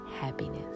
happiness